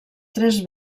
tres